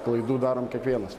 klaidų darom kiekvienas